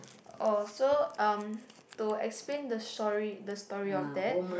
oh so um to explain the sorry the story of that